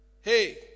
Hey